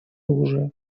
оружия